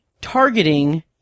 targeting